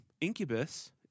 Incubus